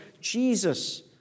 Jesus